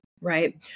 Right